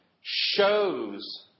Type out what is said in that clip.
shows